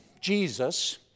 Jesus